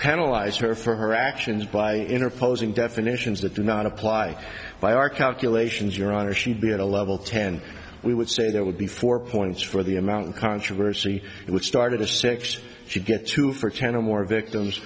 penalize her for her actions by interposing definitions that do not apply by our calculations your honor she'd be at a level ten we would say that would be four points for the amount of controversy which started as six she'd get two for channel more victims